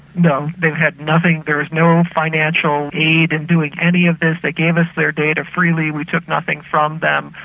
no. they had nothing there is no financial aid in doing any of this. they gave us their data freely. we took nothing from them.